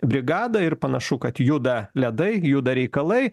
brigadą ir panašu kad juda ledai juda reikalai